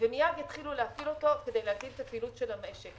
ומיד יתחילו להפעיל אותם כדי להגדיל את הפעילות של המשק.